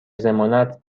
ضمانت